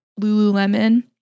Lululemon